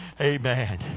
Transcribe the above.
Amen